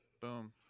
boom